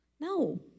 No